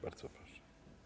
Bardzo proszę.